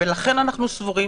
לכן אנחנו סבורים